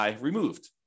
removed